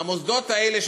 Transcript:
המוסדות האלה,